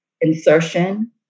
insertion